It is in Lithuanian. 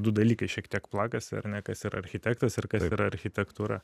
du dalykai šiek tiek plakasi ar ne kas yra architektas ir kas yra architektūra